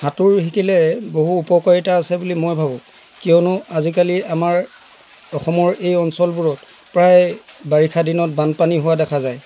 সাঁতোৰ শিকিল বহু উপকাৰীতা আছে বুলি মই ভাবোঁ কিয়নো আজিকালি আমাৰ অসমৰ এই অঞ্চলবোৰত প্ৰায় বাৰিষা দিনত বানপানী হোৱা দেখা যায়